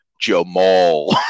Jamal